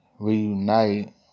reunite